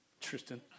Tristan